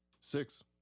Six